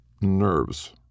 Nerves